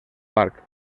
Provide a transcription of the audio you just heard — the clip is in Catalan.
parc